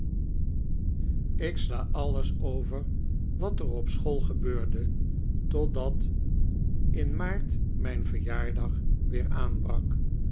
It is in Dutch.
ik sla alles over wat er op school gebeurde totdat in maart mijn verjaardag weer aanbrak